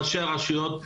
ראשי הרשויות,